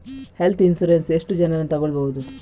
Health insurance ಎಷ್ಟು ಜನರನ್ನು ತಗೊಳ್ಬಹುದು?